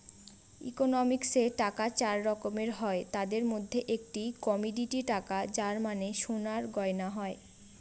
ইকোনমিক্সে টাকা চার রকমের হয় তাদের মধ্যে একটি কমোডিটি টাকা যার মানে সোনার গয়না হয়